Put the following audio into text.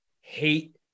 hate